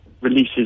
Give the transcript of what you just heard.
releases